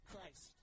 Christ